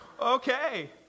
Okay